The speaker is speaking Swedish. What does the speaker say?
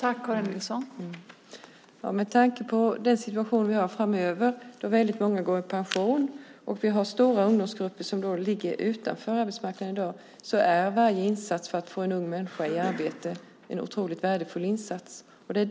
Fru talman! Stora ungdomsgrupper står i dag utanför arbetsmarknaden. Med tanke på den situation vi kommer att få framöver då väldigt många går i pension är varje insats för att få en ung människa i arbete otroligt värdefull.